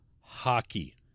hockey